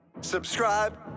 Subscribe